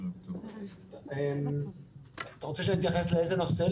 אתה רוצה שאני אתייחס לאיזה נושא?